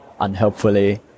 unhelpfully